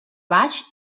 baix